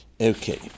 Okay